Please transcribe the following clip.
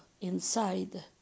inside